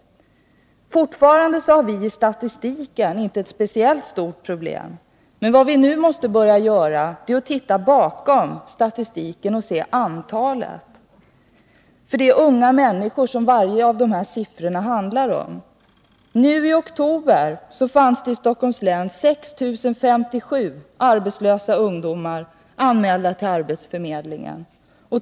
Fortfarande har vi i statistiken inte ett speciellt stort problem, men vad vi nu måste börja göra är att titta bakom statistiken och se antalet. För det är unga människor som var och en av dessa siffror handlar om. Nu i oktober var i Stockholms län 6 057 arbetslösa ungdomar anmälda till arbetsförmedlingen.